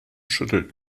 schüttelt